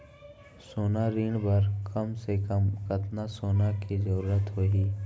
सोना ऋण बर कम से कम कतना सोना के जरूरत होही??